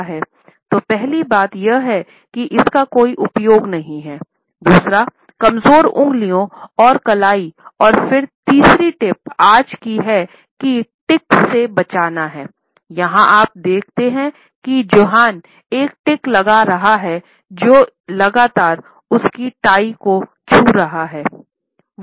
तो पहली बात यह है कि इसका कोई उपयोग नहीं हैं दूसरा कमजोर उंगलियों और कलाई और फिर तीसरी टिप आज की है कि टिक्स से बचाना हैं यहाँ आप देखते हैं कि जोनाह एक टिक लगा रहा है वो लगातार उसकी टाई को छु रहा है